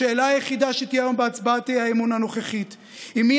שתהיה היום בהצעת האי-אמון הנוכחית היא מי